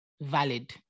valid